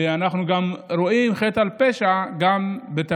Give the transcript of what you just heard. ואנחנו גם רואים חטא על פשע בתפקיד